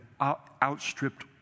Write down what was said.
outstripped